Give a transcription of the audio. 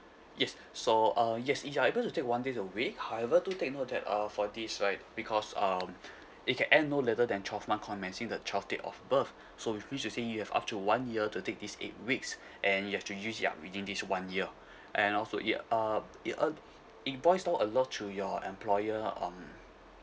yes so uh yes you are able to take one day a week however do take note that uh for this right because um you can end no later than twelve month commencing the child date of birth so which means to say you have up to one year to take this eight weeks and you have to use ya within this one year and also yeah uh it earn invoice now alert to your employer um